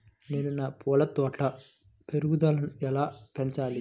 నేను నా పూల తోట పెరుగుదలను ఎలా పెంచాలి?